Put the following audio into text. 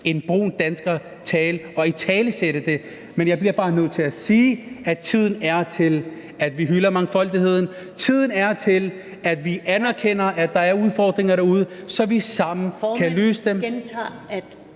en brun dansker tale og italesætte det, men jeg bliver bare nødt til at sige, at tiden er til, at vi hylder mangfoldigheden, og tiden er til, at vi anerkender, at der er udfordringer derude, så vi sammen kan løse dem.